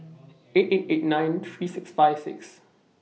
eight eight eight nine three six five six